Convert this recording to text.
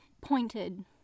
pointed